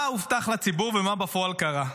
מה הובטח לציבור ומה בפועל קרה?